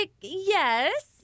Yes